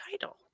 title